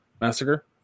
massacre